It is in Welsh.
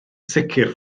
sicr